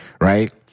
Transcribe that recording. right